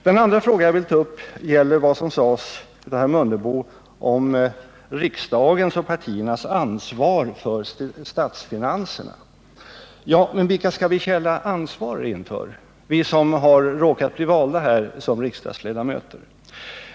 Den andra fråga jag vill ta upp gäller vad herr Mundebo sade om riksdagens och partiernas ansvar för statsfinanserna. Ja, vilka är det vi skall känna ansvar inför, vi som har blivit valda till riksdagsledamöter?